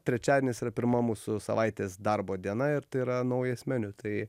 trečiadienis yra pirma mūsų savaitės darbo diena ir tai yra naujas meniu tai